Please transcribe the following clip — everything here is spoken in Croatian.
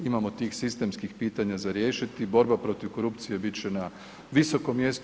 Imamo tih sistemskih pitanja za riješiti i borba protiv korupcije bit će na visokom mjestu.